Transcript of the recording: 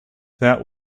that